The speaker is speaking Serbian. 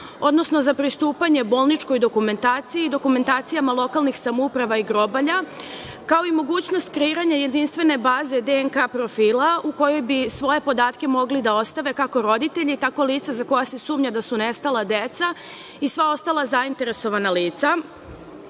odnosno za pristupanje bolničkoj dokumentaciji, dokumentacijama lokalnih samouprava i grobalja, kao i mogućnost kreiranje jedinstvene baze DNK profila u kojoj bi svoje podatke mogli da ostave, kako roditelji, tako i lica za koja se sumnja da su nestala deca i sva ostala zainteresovana lica. Samim